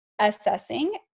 assessing